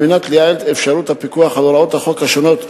כדי לייעל את אפשרות הפיקוח על הוראות החוק השונות,